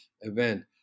event